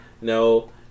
No